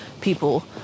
people